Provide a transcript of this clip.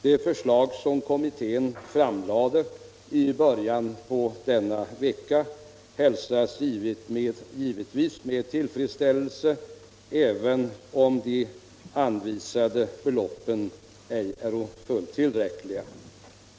Det förslag som kommittén framlade i början av denna vecka hälsas givetvis med tillfredsställelse, även om de anvisade beloppen ej är fullt tillräckliga.